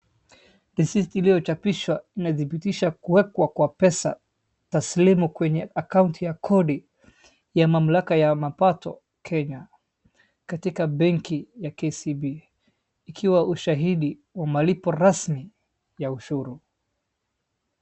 Risiti iliyochapishwa inadhibitisha kuwekwa kwa pesa taslimu kwenye akaunti ya kodi ya mamalaka ya mapato Kenya katika benki ya KCB. Ikiwa ushahidi wa malipo rasmi ya ushuru.